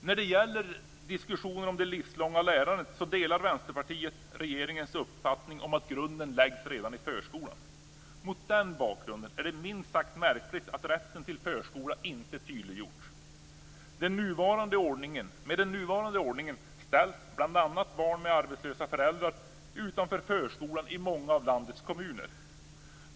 När det gäller diskussionen om det livslånga lärandet delar Vänsterpartiet regeringens uppfattning om att grunden läggs redan i förskolan. Mot den bakgrunden är det minst sagt märkligt att rätten till förskola inte tydliggjorts. Med nuvarande ordning ställs bl.a. barn med arbetslösa föräldrar utanför förskolan i många av landets kommuner.